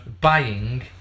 Buying